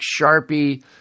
Sharpie